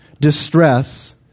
distress